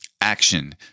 action